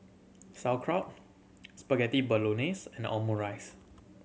Sauerkraut Spaghetti Bolognese and Omurice